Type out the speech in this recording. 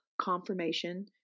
confirmation